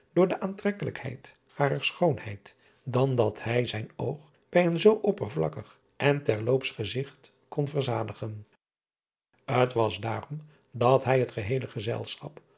door de aantreklijkheid harer schoonheid dan dat hij zijn oog bij een zoo oppervlakkig en terloopsch gezigt kon verzadigen t as daarom dat hij het geheele gezelschap